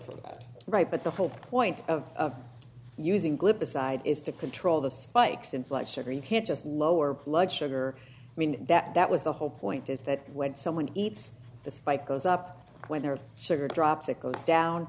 for that right but the whole point of using glipizide is to control the spikes in blood sugar you can't just lower blood sugar i mean that was the whole point is that when someone eats the spike goes up when their sugar drops it goes down